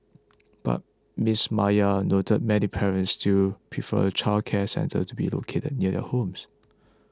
but Miss Maya noted many parents still prefer childcare centres to be located near their homes